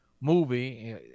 movie